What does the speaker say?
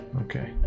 Okay